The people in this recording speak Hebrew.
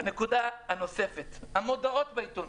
המודעות בעיתונים